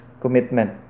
commitment